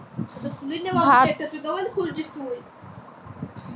ভারতেললে ছব পশুপালক চাষীদের জ্যনহে সরকার থ্যাকে কেরডিট দেওয়া হ্যয়